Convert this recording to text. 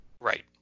Right